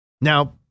Now